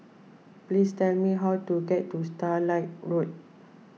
please tell me how to get to Starlight Road